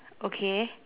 okay